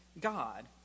God